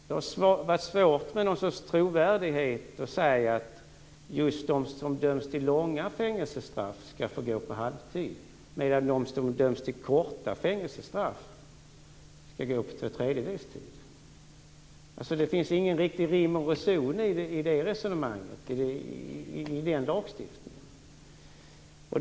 Det har varit svårt att med trovärdighet säga att just de som döms till långa fängelsestraff skall kunna gå vid halvtid, medan de som dömts till korta fängelsestraff skall gå vid tvåtredjedelstid. Det är ingen rim och reson i den lagstiftningen.